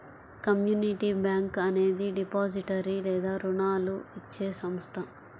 community bank అనేది depository లేదా రుణాలు ఇచ్చే సంస్థ